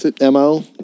MO